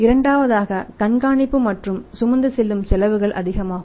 இரண்டாவதாக கண்காணிப்பு மற்றும் சுமந்து செல்லும் செலவுகள் அதிகமாகும்